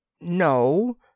No